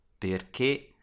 perché